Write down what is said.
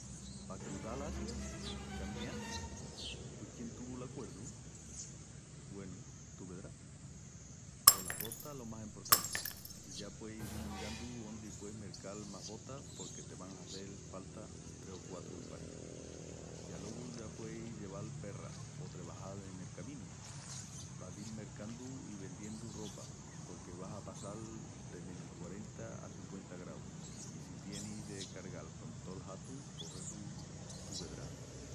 Pa cruzal Asia? Camineandu? Pui quién tuvu l'acuerdu? Güenu, tú vedrás! Pos las botas lo más emportanti i ya pueis dil mirandu ondi pueis mercal más botas porque te van a hazel falta tres o quatru paris. I alogu ya pueis lleval perras o trebajal en el caminu pa dil mercandu i vendiendu ropa porque vas a passal de menus quarenta a cinqüenta graus i si tienis de cargal con tol hatu pos essu, tú vedrás.